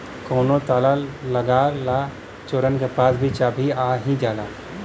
कउनो ताला लगा ला चोरन के पास चाभी आ ही जाला